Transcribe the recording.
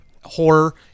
horror